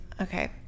okay